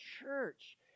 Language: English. church